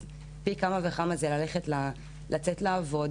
אז פי כמה וכמה זה לצאת לעבוד.